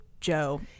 Joe